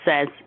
says